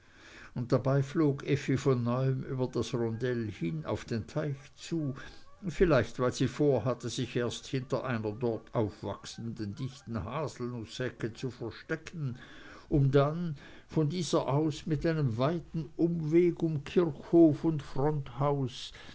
und dabei flog effi von neuem über das rondell hin auf den teich zu vielleicht weil sie vorhatte sich erst hinter einer dort aufwachsenden dichten haselnußhecke zu verstecken um dann von dieser aus mit einem weiten umweg um kirchhof und